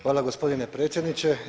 hvala gospodine predsjedniče.